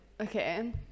okay